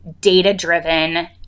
data-driven